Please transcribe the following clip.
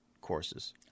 courses